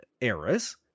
Eras